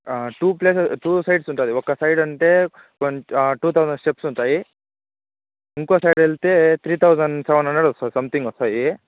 to places two sides ఉంటుంది ఒక side అంటే వన్ టు థౌసండ్ స్టెప్స్ ఉంటాయి ఇంకో సైడ్ వెళ్తే త్రీ థౌసండ్ సెవెన్ హండ్రెడ్ వస్తుంది సంథింగ్ వస్తాయి